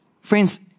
Friends